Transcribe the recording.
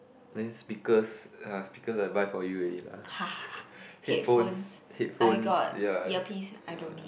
then speakers uh speakers I buy for you already lah headphones headphones ya ya